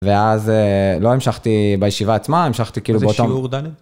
ואז לא המשכתי בישיבה עצמה, המשכתי כאילו באותו... מה זה שיעור ד׳?